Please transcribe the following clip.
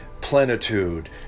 plenitude